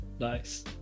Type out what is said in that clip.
Nice